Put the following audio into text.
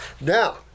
Now